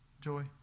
Joy